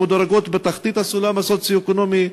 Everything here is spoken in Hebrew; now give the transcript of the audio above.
שמדורגות בתחתית הסולם הסוציו-אקונומי,